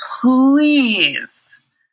please